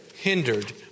hindered